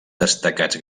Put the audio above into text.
destacats